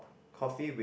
coffee with